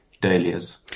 dahlias